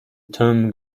تام